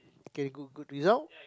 get good good result